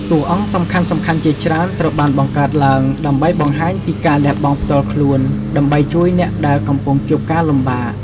តួអង្គសំខាន់ៗជាច្រើនត្រូវបានបង្កើតឡើងដើម្បីបង្ហាញពីការលះបង់ផ្ទាល់ខ្លួន ដើម្បីជួយអ្នកដែលកំពុងជួបការលំបាក។